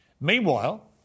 Meanwhile